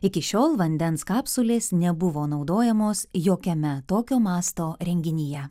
iki šiol vandens kapsulės nebuvo naudojamos jokiame tokio masto renginyje